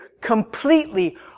completely